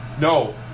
No